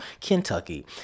Kentucky